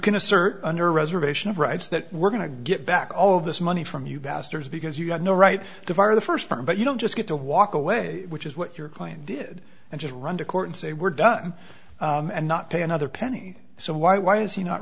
can assert under reservation of rights that we're going to get back all of this money from you bastards because you've got no right to fire the first firm but you don't just get to walk away which is what your client did and just run to court and say we're done and not pay another penny so why why is he not